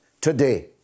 today